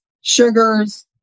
sugars